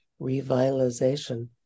revitalization